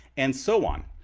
and so on.